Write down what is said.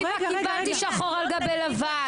קיבלתי תשובה שחור על גבי לבן.